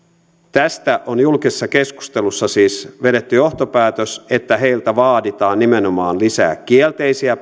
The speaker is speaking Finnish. tästä on julkisessa keskustelussa siis vedetty johtopäätös että heiltä vaaditaan nimenomaan lisää kielteisiä